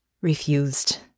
Refused